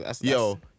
yo